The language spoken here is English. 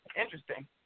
interesting